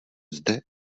zde